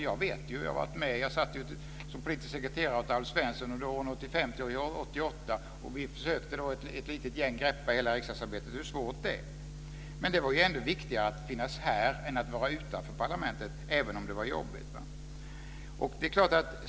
Jag vet det, eftersom jag var med och satt som politisk sekreterare åt Alf Svensson under åren 1985 1988. Vi var då ett litet gäng som försökte greppa hela riksdagsarbetet, så jag vet hur svårt det är. Men det var ändå viktigare att finnas här än att vara utanför parlamentet, även om det var jobbigt.